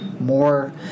more